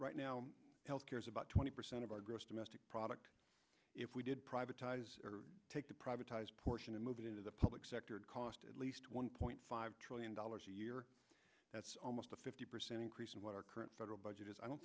right now health care is about twenty percent of our gross domestic product if we did privatized or take the privatized portion and move it into the public sector it cost at least one point five trillion dollars a year that's almost a fifty percent increase in what our current federal budget is i don't